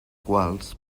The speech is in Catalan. quals